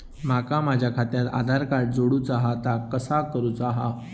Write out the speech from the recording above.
माका माझा खात्याक आधार कार्ड जोडूचा हा ता कसा करुचा हा?